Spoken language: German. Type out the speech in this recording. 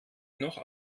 noch